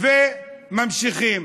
ממשיכים.